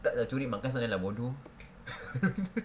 tak lah curi makan sana lah bodoh